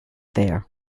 there